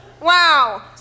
Wow